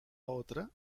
otra